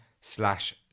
slash